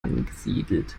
angesiedelt